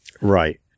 Right